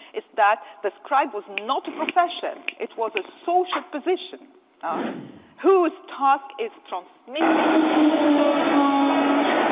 is that the scribe was not a profession. it was a social position ah whose task is transmitting social knowledge.